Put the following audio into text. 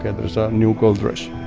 ah there's a new gold rush